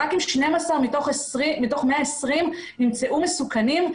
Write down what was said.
אם 12 מתוך 120 נמצא מסוכנים,